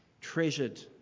treasured